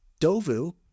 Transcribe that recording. Dovu